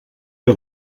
que